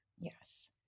Yes